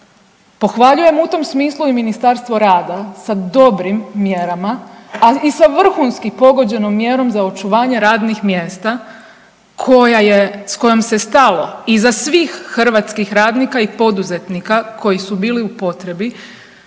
Pohvaljujem u tom smislu i Ministarstvo rada sa dobrim mjerama, a i sa vrhunski pogođenom mjerom za očuvanje radnih mjesta koja je, s kojom se stalo iza svih hrvatskih radnika i poduzetnika koji su bili u potrebi